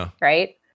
right